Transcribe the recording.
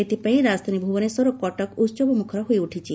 ଏଥିପାଇଁ ରାଜଧାନୀ ଭୁବନେଶ୍ୱର ଓ କଟକ ଉହବମୁଖର ହୋଇଉଠିଛି